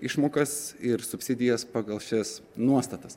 išmokas ir subsidijas pagal šias nuostatas